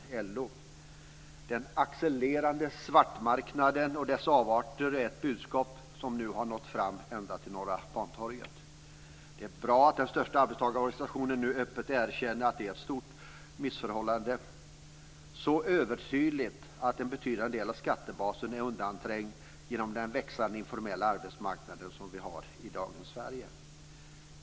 Budskapet om den accelererande svartmarknaden och dess avarter har nu nått ända fram till Norra Bantorget. Det är bra att den största arbetstagarorganisationen nu öppet erkänner att det är ett stort missförhållande. Det är övertydligt att en betydande del av skattebasen är undanträngd genom den växande informella arbetsmarknad som vi har i dagens Sverige.